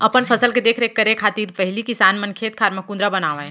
अपन फसल के देख रेख करे खातिर पहिली किसान मन खेत खार म कुंदरा बनावय